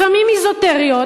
לפעמים אזוטריות,